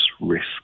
risk